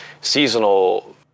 seasonal